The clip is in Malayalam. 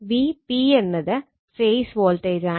Vp എന്നത് ഫേസ് വോൾട്ടേജാണ്